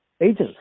agents